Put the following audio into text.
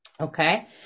Okay